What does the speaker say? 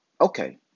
okay